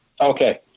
Okay